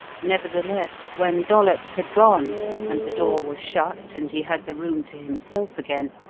nevertheless, when dollops had gone and the door was shut and he had the room to himself again,